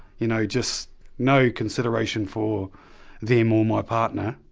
you know, just no consideration for them or my partner,